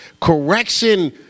Correction